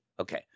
okay